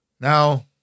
Now